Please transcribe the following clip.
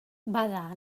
bada